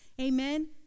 amen